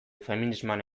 feminismoan